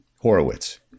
Horowitz